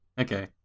Okay